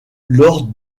lors